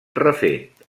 refet